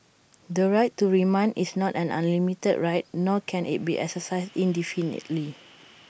the right to remand is not an unlimited right nor can IT be exercised indefinitely